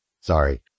Sorry